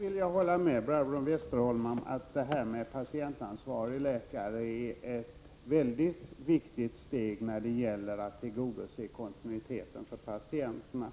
Herr talman! Jag kan hålla med Barbro Westerholm om att detta med patientansvarig läkare är ett väldigt viktigt steg när det gäller att tillgodose kontinuiteten för patienterna.